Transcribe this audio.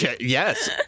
yes